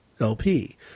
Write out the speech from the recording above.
LP